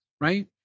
right